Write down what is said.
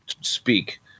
speak